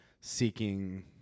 seeking